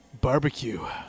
barbecue